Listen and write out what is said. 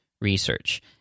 research